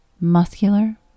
muscular